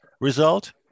result